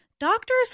Doctors